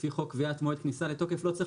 לפי חוק קביעת מועד כניסה לתוקף לא צריך